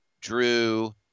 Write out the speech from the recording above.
Drew